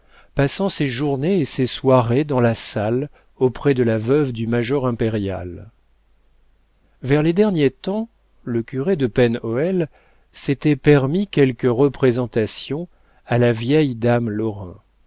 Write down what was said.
passant ses journées et ses soirées dans la salle auprès de la veuve du major impérial vers les derniers temps le curé de pen hoël s'était permis quelques représentations à la vieille dame lorrain